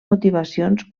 motivacions